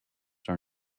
are